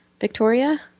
Victoria